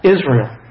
Israel